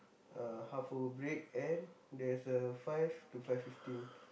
uh half hour break and there's a five to five fifteen